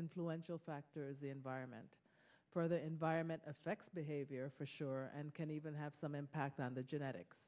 influential factor is the environment for the environment affects behavior for sure and can even have some impact on the genetics